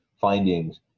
findings